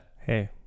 hey